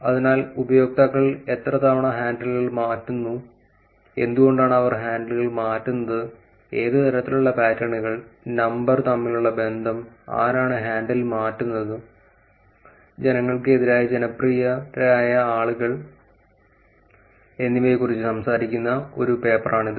അതിനാൽ ഉപയോക്താക്കൾ എത്ര തവണ ഹാൻഡിലുകൾ മാറ്റുന്നു എന്തുകൊണ്ടാണ് അവർ ഹാൻഡിൽ മാറ്റുന്നത് ഏത് തരത്തിലുള്ള പാറ്റേണുകൾ നമ്പർ തമ്മിലുള്ള ബന്ധം ആരാണ് ഹാൻഡിൽ മാറ്റുന്നത് ജനങ്ങൾക്ക് എതിരായ ജനപ്രിയരായ ആളുകൾ എന്നിവയെക്കുറിച്ച് സംസാരിക്കുന്ന ഒരു പേപ്പറാണ് ഇത്